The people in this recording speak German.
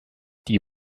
die